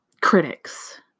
critics